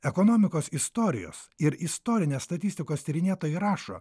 ekonomikos istorijos ir istorinės statistikos tyrinėtojai rašo